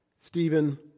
Stephen